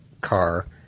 car